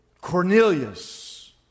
Cornelius